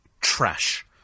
Trash